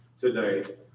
today